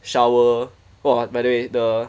shower !wah! by the way the